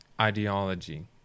ideology